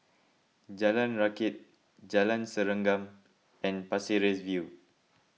Jalan Rakit Jalan Serengam and Pasir Ris View